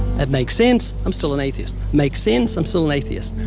that makes sense. i'm still an atheist. makes sense. i'm still an atheist.